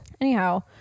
Anyhow